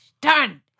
Done